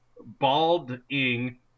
balding